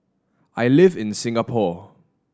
I live in Singapore